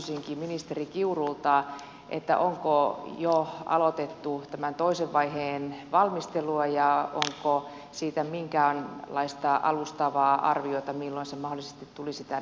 kysyisinkin ministeri kiurulta onko jo aloitettu tämän toisen vaiheen valmistelua ja onko siitä minkäänlaista alustavaa arviota milloin se mahdollisesti tulisi tänne eduskuntaan